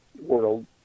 world